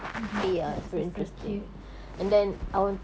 !aduh! cats are so cute